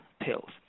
pills